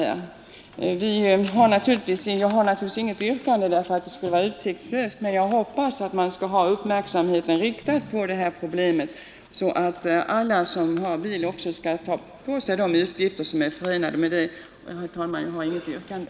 Jag ställer naturligtvis inget yrkande, eftersom det skulle vara utsiktslöst, men jag hoppas att man skall ha uppmärksamheten riktad på att alla som har bil måste ta på sig de utgifter som är förenade med det. Herr talman! Jag har alltså inget yrkande.